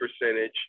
percentage